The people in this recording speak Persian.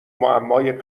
معمای